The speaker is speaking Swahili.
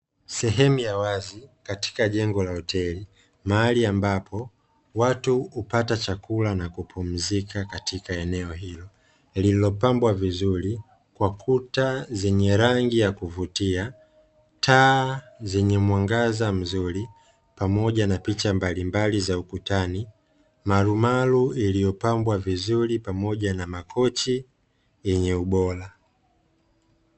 Sehemu ya wazi katika jengo la hoteli mahali ambapo watu hupata chakula na kupumzika katika eneo hilo, lililopambwa vizuri kwa kuta zenye rangi ya kuvutia, taa zenye mwanga mzuri pamoja na picha mbalimbali za ukutani, marumaru iliyopambwa vizuri pamoja na makochi yenye ubora.